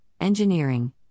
Engineering